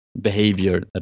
behavior